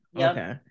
Okay